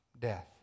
death